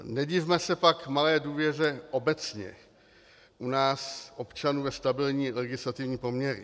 Nedivme se pak malé důvěře obecně nás občanů ve stabilní legislativní poměry.